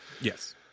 Yes